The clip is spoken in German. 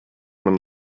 man